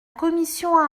commission